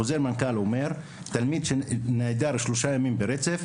חוזר מנכ״ל אומר שאם תלמיד נעדר שלושה ימים מבית הספר,